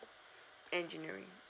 engineering